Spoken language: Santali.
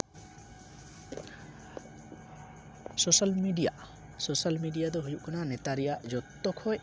ᱥᱳᱥᱟᱞ ᱢᱤᱰᱤᱭᱟ ᱥᱳᱥᱟᱞ ᱢᱤᱰᱤᱭᱟ ᱫᱚ ᱦᱩᱭᱩᱜ ᱠᱱᱟ ᱱᱮᱛᱟᱨ ᱨᱮᱭᱟᱜ ᱡᱚᱛᱚᱠᱷᱚᱡ